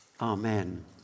Amen